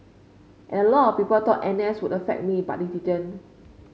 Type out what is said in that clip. a lot of people thought N S would affect me but it didn't